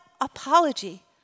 apology